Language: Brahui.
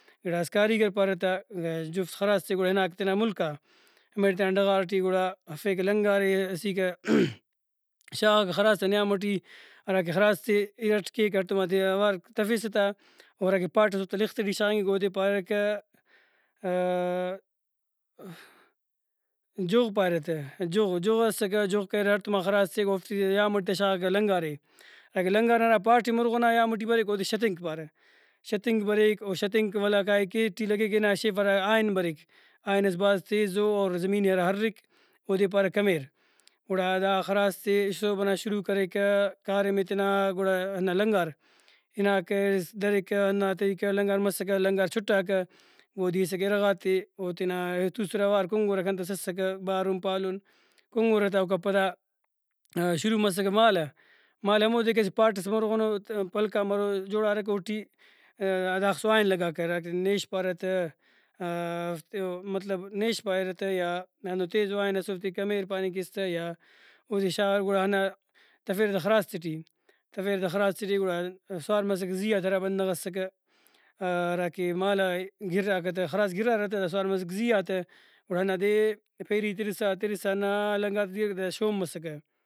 گڑاس کاریگر پارہ تا گڑاس جُفت خراس تے گڑا ہناکہ تینا مُلکا ہمیڑے تینا ڈغار ٹی گڑا ہرفیکہ لنگارے اسیکہ(voice)شاغاکہ خراس تا نیام ٹی ہراکہ خراس تے اِرٹ کیک ہڑتوماتے اوار تفیسہ تا اور اگہ پاٹ ئس اوتا لخ تے ٹی شاغنگک اودے پارکہ جُغ پارہ جُغ جُغ اسکہ جُغ کریرہ ہڑتوما خراس تے اوفتے یام اٹ تا شاغاکہ لنگارے اگہ لنگار ہرا پاٹ ئے مُرغنا یام ٹی بریک اودے شتینک پارہ شتینک بریک ؤ شتینک ولا کائک ایٹی لگیک اینا شیف ہرا آہن بریک آہن ئس بھاز تیزو اور زمینے ہرا ارۤک اودے پارہ کمیرگڑا دا خراس تے صوب نا شروع کریکہ کاریمے تینا گڑا ہندا لنگار ہناکہ دریکہ ہنداتیکہ لنگار مسکہ لنگار چُٹاکہ گودی ہیسکہ اِرغاتے او تینا توسرہ اوار کُنگرکہ ہنتس اسکہ بارُن پالُن کُنگرتا اوکا پدا شروع مسکہ مالہ مالہ ہمودے کہ اسہ پاٹ ئس مُرغنو پلک آن بارو جوڑارکہ اوٹی داخسو آہن لگاکہ ہراکہ نیش پارہ تہ او مطلب نیش پاریرہ تہ یا ہندن تیزو آہن سے اوفتے کمیر پاننگ کیسہ تہ یا اوفتے شاغارہ گڑا ہندا تفیرہ تا خراس تے ٹی تفیرہ تا خراس تے ٹی گڑا سوار مسکہ زیہاتا ہرا بندغ اسکہ ہراکہ مالہ ئے گراکہ تہ خراس گرارہ تہ دا سوار مسکہ زیہا تہ گڑا ہندادے پیری ترسا ترسا ہندا لنگار تے اٹ گڑاس شوم بسکہ۔